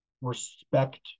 respect